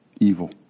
evil